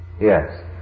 Yes